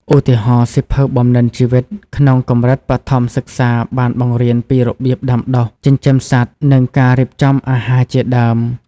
ឧទាហរណ៍ សៀវភៅ បំណិនជីវិត ក្នុងកម្រិតបឋមសិក្សាបានបង្រៀនពីរបៀបដាំដុះ ចិញ្ចឹមសត្វ និងការរៀបចំអាហារជាដើម។